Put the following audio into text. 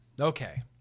Okay